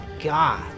god